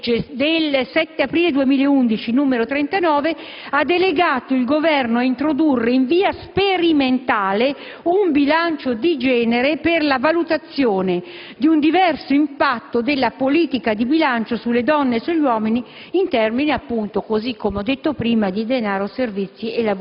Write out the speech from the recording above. legge 7 aprile 2011, n. 39 ha delegato il Governo a introdurre in via sperimentale un bilancio di genere per la valutazione del diverso impatto della politica di bilancio sulle donne e sugli uomini in termini, così come ho detto prima, di denaro, servizi